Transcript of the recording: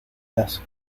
las